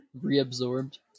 Reabsorbed